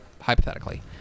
hypothetically